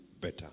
better